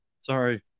sorry